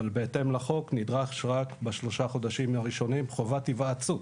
אבל התאם לחוק נדרש רק בשלושה חודשים הראשונים חובת היוועצות